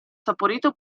saporito